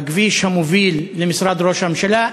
הכביש המוביל למשרד ראש הממשלה.